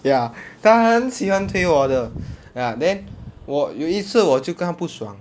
ya 他很喜欢推我的 ya then 我有一次我就跟他不爽